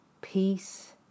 Peace